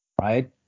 right